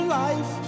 life